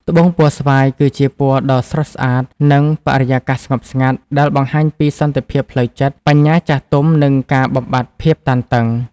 ត្បូងពណ៌ស្វាយ គឺជាពណ៌ដ៏ស្រស់ស្អាតនិងបរិយាកាសស្ងប់ស្ងាត់ ដែលបង្ហាញពី សន្តិភាពផ្លូវចិត្ត បញ្ញាចាស់ទុំ និងការបំបាត់ភាពតានតឹង។